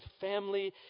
family